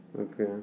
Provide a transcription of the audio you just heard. Okay